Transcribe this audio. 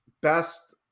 best